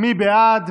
מי בעד?